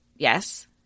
yes